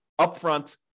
upfront